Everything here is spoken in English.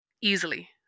easily